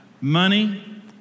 money